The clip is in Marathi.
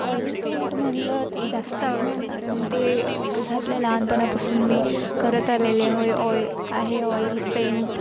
ऑइल पेंट म्हटलं तर जास्त आवडतं कारण ते कसा आपल्या लहानपणापासून मी करत आलेले होय ऑय आहे ऑइल पेंट